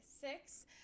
six